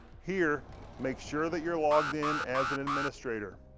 here make sure that you're logged in as an administrator.